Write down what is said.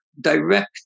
direct